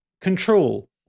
Control